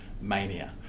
mania